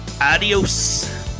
Adios